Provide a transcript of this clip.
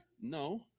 No